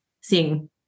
seeing